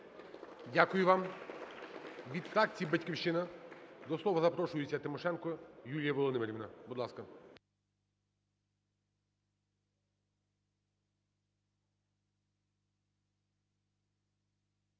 Дякую вам. Від фракції "Батьківщина" до слова запрошується Тимошенко Юлія Володимирівна.